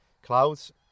Clouds